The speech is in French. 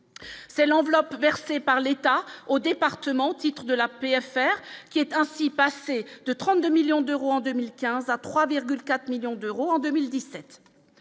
c'est l'enveloppe versée par l'État au département au titre de la paix à faire qui est ainsi passée de 32 millions d'euros en 2015 à 3,4 millions d'euros en 2017